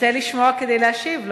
תרצה לשמוע כדי להשיב.